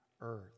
earth